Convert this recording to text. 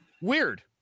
weird